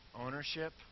Ownership